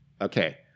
Okay